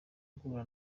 guhura